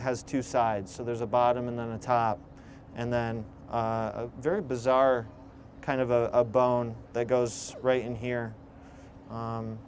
has two sides so there's a bottom and then a top and then a very bizarre kind of a bone that goes right in here